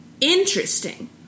Interesting